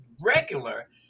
regular